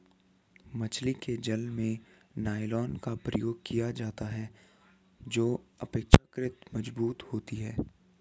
मछली के जाल में नायलॉन का प्रयोग किया जाता है जो अपेक्षाकृत मजबूत होती है